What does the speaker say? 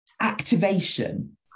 activation